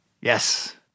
Yes